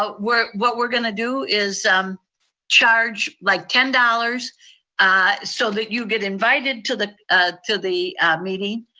what we're what we're gonna do is charge like ten dollars so that you get invited to the to the meeting.